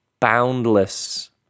boundless